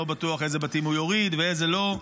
לא בטוח איזה בתים הוא יוריד ואיזה לא.